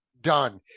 done